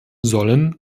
sollen